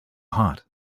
hot